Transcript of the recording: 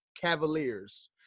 Cavaliers